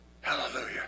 Hallelujah